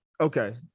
Okay